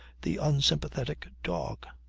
the unsympathetic dog.